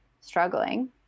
struggling